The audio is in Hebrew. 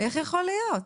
איך זה יכול להיות?